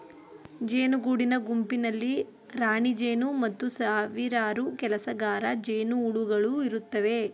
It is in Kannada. ಜೇನು ಗೂಡಿನ ಗುಂಪಿನಲ್ಲಿ ರಾಣಿಜೇನು ಮತ್ತು ಸಾವಿರಾರು ಕೆಲಸಗಾರ ಜೇನುಹುಳುಗಳು ಇರುತ್ತವೆ